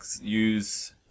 use